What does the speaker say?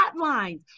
hotline